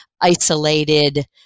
isolated